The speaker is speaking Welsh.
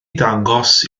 dangos